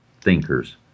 thinkers